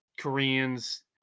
Koreans